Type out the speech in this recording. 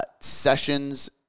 sessions